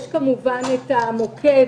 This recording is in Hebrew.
יש כמובן את המוקד,